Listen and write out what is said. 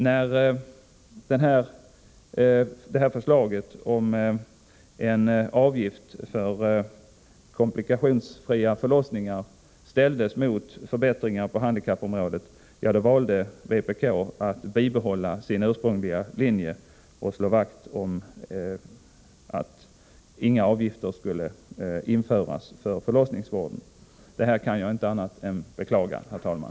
När förslaget om en avgift för komplikationsfria förlossningar ställdes mot förbättringar på handikappområdet, då valde vpk att bibehålla sin ursprungliga linje och slå vakt om att inga avgifter skulle införas för förlossningsvård. Detta kan jag inte annat än beklaga, herr talman.